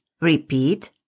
Repeat